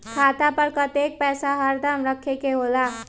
खाता पर कतेक पैसा हरदम रखखे के होला?